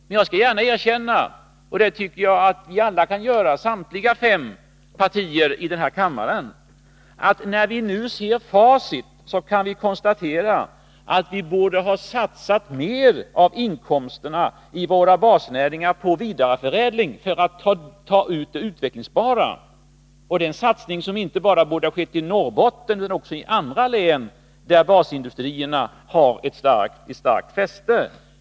Men jag skall gärna erkänna -— och det tycker jag att samtliga fem partier här i kammaren kan göra — att vi när vi nu ser facit kan konstatera att vi borde ha satsat mer av inkomsterna från våra basnäringar på vidareförädling för att ta ut det utvecklingsbara. Det är en satsning som borde ha skett inte bara i Norrbotten utan också i andra län där basindustrierna har ett starkt fäste.